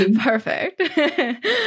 Perfect